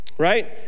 right